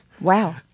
Wow